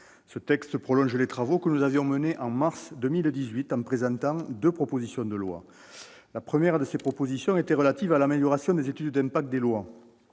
dans le prolongement des travaux que nous avions menés, en mars 2018, en présentant deux propositions de loi. La première d'entre elles était relative à l'amélioration des études d'impact des